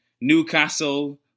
Newcastle